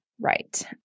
Right